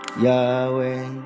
yahweh